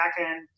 backend